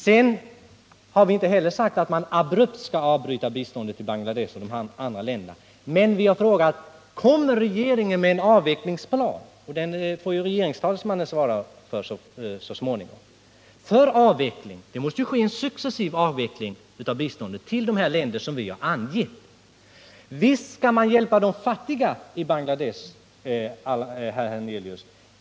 Vi har inte heller sagt att man abrupt skall avbryta biståndet till Bangladesh och de andra länderna, men vi har frågat: Kommer regeringen att lägga fram en avvecklingsplan? Den frågan får regeringstalesmannen svara på så småningom. Det måste ju ske en successiv avveckling av biståndet till de länder som vi angett. Visst skall man hjälpa de fattiga i Bangladesh, herr Hernelius!